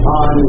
on